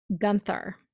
Gunther